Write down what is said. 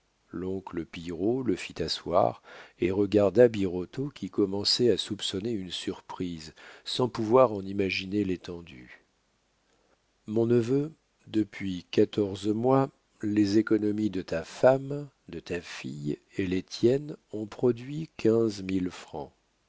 l'oncle pillerault le fit asseoir et regarda birotteau qui commençait à soupçonner une surprise sans pouvoir en imaginer l'étendue mon neveu depuis quatorze mois les économies de ta femme de ta fille et les tiennes ont produit quinze mille francs